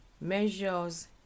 measures